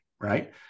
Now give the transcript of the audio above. right